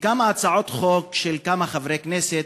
בכמה הצעות חוק של כמה חברי כנסת,